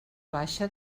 baixa